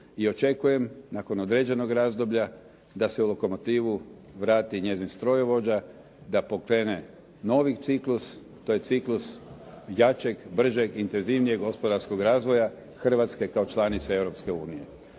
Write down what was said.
i očekujem nakon određenog razdoblja da se u lokomotivu vrati njezin strojovođa, da pokrene novi ciklus, to je ciklus jačeg, bržeg, intenzivnijeg gospodarskog razvoja Hrvatske kao članice